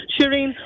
shireen